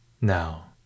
Now